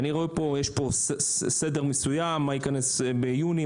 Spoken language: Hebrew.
אני רואה שיש פה סדר מסוים מה ייכנס ביוני,